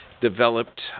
developed